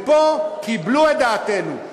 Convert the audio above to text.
פה קיבלו את דעתנו.